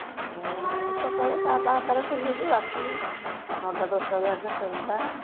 ଆମେ ସକାଳେ ସାତଟା ଆଠଟାରେ ଖୋଲୁଛୁ ରାତି ନଅଟା ଦଶଟା ଯାଏଁ ସନ୍ଧ୍ୟା